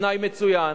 התנאי מצוין,